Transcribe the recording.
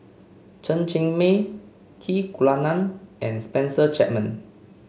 Chen Cheng Mei Key Kunalan and Spencer Chapman